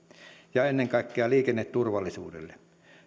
ja ennen kaikkea liikenneturvallisuudelle